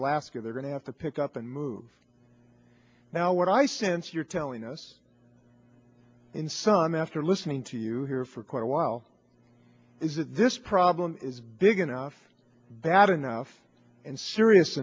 alaska they're going to have to pick up and move now what i sense you're telling us in some after listening to you here for quite a while is that this problem is big enough bad enough and serious